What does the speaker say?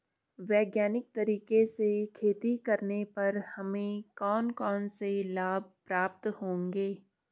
वैज्ञानिक तरीके से खेती करने पर हमें कौन कौन से लाभ प्राप्त होंगे?